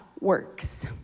works